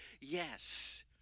Yes